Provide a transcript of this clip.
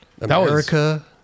America